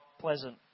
pleasant